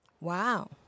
Wow